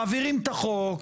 מעבירים את החוק,